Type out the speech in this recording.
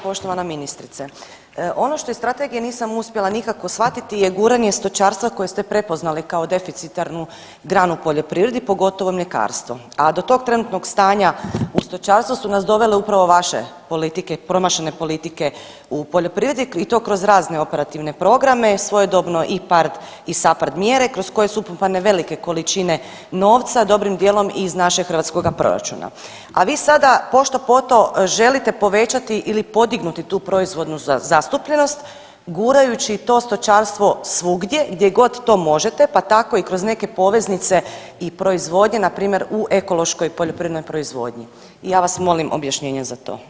Poštovana ministrice, ono što je strategija nisam uspjela nikako shvatiti je guranje stočarstva kojeg ste prepoznali kao deficitarnu granu u poljoprivredi, pogotovo mljekarstvo, a do tog trenutnog stanja u stočarstvu su nas dovele upravo vaše politike, promašene politike u poljoprivredi i to kroz razne operativne programe, svojedobno IPARD i SAPARD mjere kroz koje su upumpane velike količine novca, dobrim dijelom i iz našeg državnoga proračuna, a vi sada pošto poto želite povećati ili podignuti tu proizvodnu zastupljenost gurajući to stočarstvo svugdje gdje god to možete, pa tako i kroz neke poveznice i proizvodnje npr. u ekološkoj poljoprivrednoj proizvodnji i ja vas molim objašnjenje za to.